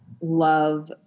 love